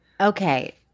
Okay